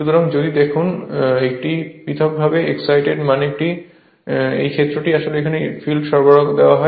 সুতরাং যদি দেখুন একটি পৃথকভাবে এক্সসাইটেড মানে ক্ষেত্রটি আসলে একটি ভিন্ন সরবরাহ দেওয়া হয়